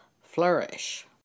flourish